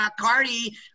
Cardi